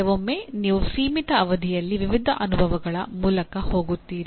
ಕೆಲವೊಮ್ಮೆ ನೀವು ಸೀಮಿತ ಅವಧಿಯಲ್ಲಿ ವಿವಿಧ ಅನುಭವಗಳ ಮೂಲಕ ಹೋಗುತ್ತೀರಿ